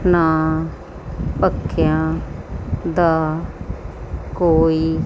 ਨਾ ਪੱਖਿਆਂ ਦਾ ਕੋਈ